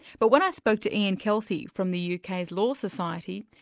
but when i spoke to ian kelcey from the uk's law society,